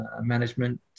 management